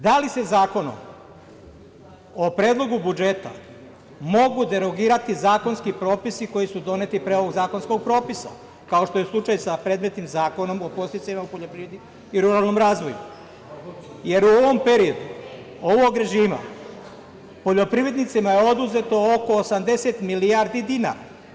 Da li se zakonom o Predlogu budžeta mogu derogirati zakonski propisi koji su doneti pre ovog zakonskog propisa, kao što je slučaj sa predmetnim Zakonom o podsticajima u poljoprivredi i ruralnom razvoju, jer u ovom periodu, ovog režima, poljoprivrednicima je oduzeto oko 80 milijardi dinara.